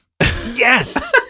Yes